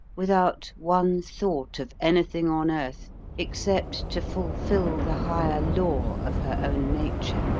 without one thought of anything on earth except to fulfil the higher law of her own nature